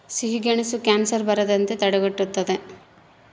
ಸಿಹಿಗೆಣಸು ಕ್ಯಾನ್ಸರ್ ಬರದಂತೆ ತಡೆಗಟ್ಟುತದ